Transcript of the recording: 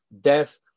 death